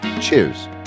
Cheers